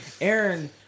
Aaron